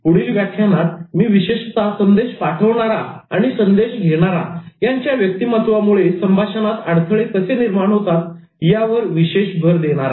पुढील व्याख्यानात मी विशेषतः संदेश पाठवणारा आणि संदेश घेणारा यांच्या व्यक्तिमत्त्वामुळे संभाषणात अडथळे कसे निर्माण होतात यावर विशेष भर देणार आहे